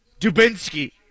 Dubinsky